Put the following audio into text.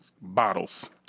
bottles